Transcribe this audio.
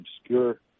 obscure